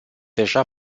deja